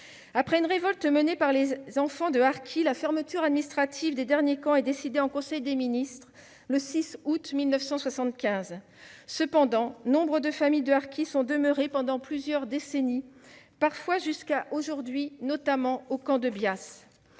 Après une révolte menée par les enfants de harkis, la fermeture administrative des derniers camps est décidée en conseil des ministres le 6 août 1975. Toutefois, nombre de familles de harkis y sont demeurées pendant plusieurs décennies, parfois jusqu'à aujourd'hui, notamment au camp de Bias.